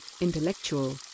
intellectual